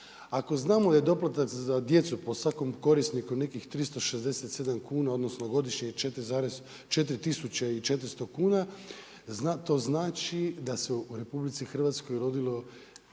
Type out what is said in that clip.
Ako znamo da je doplatak za djecu po svakom korisniku nekih 367 kuna odnosno godišnje 4 tisuće i 400 kuna to znači da se u RH rodilo